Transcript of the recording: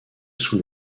sous